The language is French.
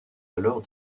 alors